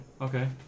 Okay